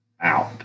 out